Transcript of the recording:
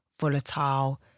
volatile